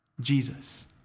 Jesus